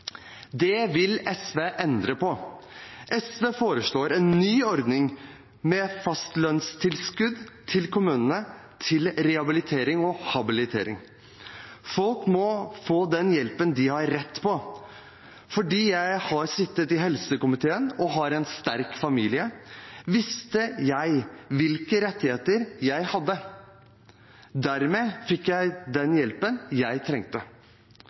Det vil SV endre på. SV foreslår en ny ordning med fastlønnstilskudd til kommunene til rehabilitering og habilitering. Folk må få den hjelpen de har rett til. Fordi jeg har sittet i helsekomiteen og har en sterk familie, visste jeg hvilke rettigheter jeg hadde. Dermed fikk jeg den hjelpen jeg trengte.